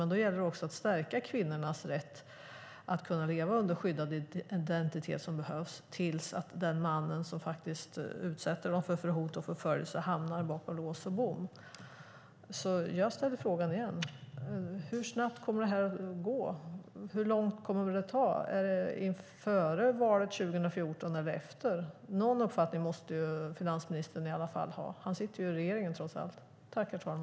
Men då gäller det att stärka kvinnornas rätt att leva under den skyddade identitet som behövs tills den man som utsätter dem för hot och förföljelse hamnar bakom lås och bom. Jag ställer mina frågor igen. Hur snabbt kommer det här att gå? Hur lång tid kommer det att ta - före valet 2014 eller efter? Någon uppfattning måste finansministern ha. Han sitter trots allt i regeringen.